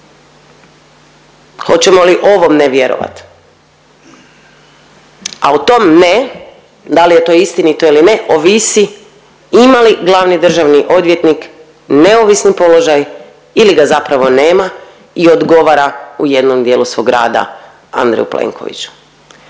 Hoćemo li ovom ne vjerovat? A u tom ne da li je to istinito ili ne ovisi ima li glavni državni odvjetnik neovisni položaj ili ga zapravo nema i odgovara u jednom dijelu svog rada Andreju Plenkoviću.